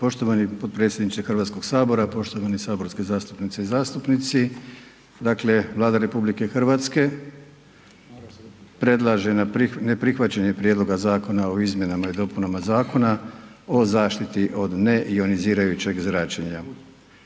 Poštovani potpredsjedniče Hrvatskog sabora, poštovane saborske zastupnice i zastupnici, dakle Vlada RH predlaže neprihvaćanje Prijedloga Zakona o izmjenama i dopunama Zakona o zaštiti od neionizirajućeg zračenja.